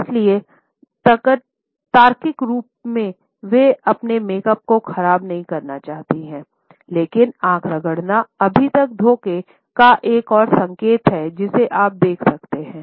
इसलिए तार्किक रूप में वे अपने मेकअप को खराब नहीं करना चाहती हैं लेकिन आंख रगड़ना अभी तक धोखा का एक और संकेत है जिसे आप देख सकते हैं